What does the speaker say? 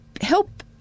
help